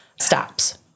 stops